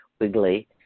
wiggly